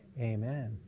Amen